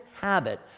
habit